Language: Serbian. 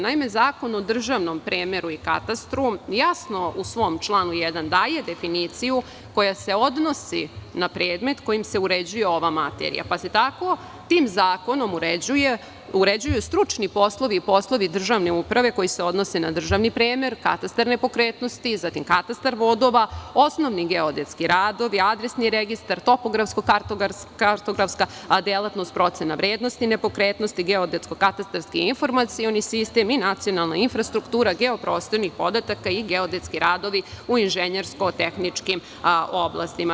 Naime, Zakon o državnom premeru i katastru jasno u svom članu 1. daje definiciju koja se odnosi na predmet kojim se uređuje ova materija, pa se tako tim zakonom uređuju stručni poslovi, poslovi državne uprave koji se odnose na državni premer, katastar nepokretnosti, zatim katastar vodova, osnovni geodetski radovi, adresni registar, topografsko-kartografska delatnost procena vrednosti nepokretnosti, geodetsko-katastarski informacioni sistem i nacionalna infrastruktura geoprostornih podataka i geodetski radovi u inženjersko-tehničkim oblastima.